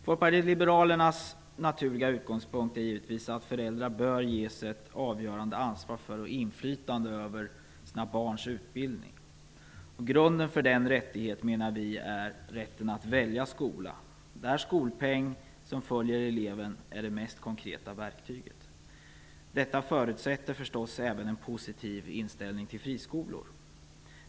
Folkpartiet liberalernas naturliga utgångspunkt är givetvis att föräldrar bör ges ett avgörande ansvar för och inflytande över sina barns utbildning. Grunden för detta menar vi är rättigheten att välja skola, där skolpeng som följer eleven är det mest konkreta verktyget. Det förutsätter förstås även en positiv inställning till friskolor.